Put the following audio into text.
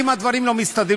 אם הדברים לא מסתדרים,